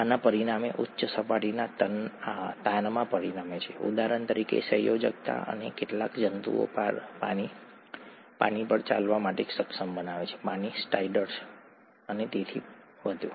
આના પરિણામે ઉચ્ચ સપાટીના તાણમાં પરિણમે છે ઉદાહરણ તરીકે સંયોજકતા અને કેટલાક જંતુઓ પણ પાણી પર ચાલવા માટે સક્ષમ બનાવે છે પાણી સ્ટ્રાઈડર અને તેથી વધુ